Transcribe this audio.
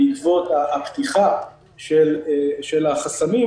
בעקבות הפתיחה של החסמים,